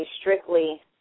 strictly